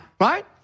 Right